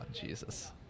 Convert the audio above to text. Jesus